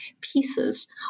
pieces